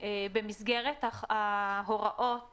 במסגרת ההוראות